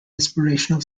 inspirational